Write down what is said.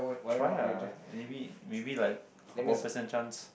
try ah maybe maybe like one percent chance